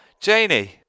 Janie